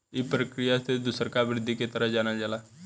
ए प्रक्रिया के दुसरका वृद्धि के तरह जानल जाला